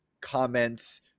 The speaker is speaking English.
comments